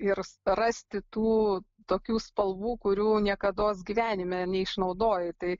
ir rasti tų tokių spalvų kurių niekados gyvenime neišnaudoji tai